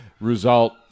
result